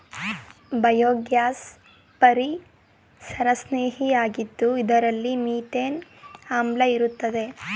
biogas ಪರಿಸರಸ್ನೇಹಿಯಾಗಿದ್ದು ಇದರಲ್ಲಿ methane ಆಮ್ಲ ಇರುತ್ತದೆ